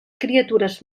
criatures